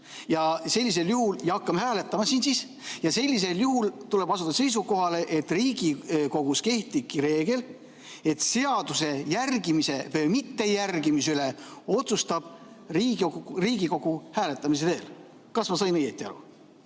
seadust ja hakkame hääletama. Sellisel juhul tuleb asuda seisukohale, et Riigikogus kehtib reegel, et seaduse järgimise või mittejärgimise üle otsustab Riigikogu hääletamise teel. Kas ma sain õigesti aru?